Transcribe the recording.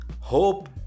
hope